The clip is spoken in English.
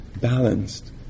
balanced